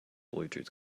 bluetooth